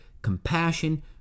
compassion